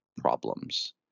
problems